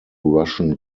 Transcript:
russian